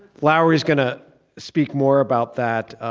lowery's gonna speak more about that.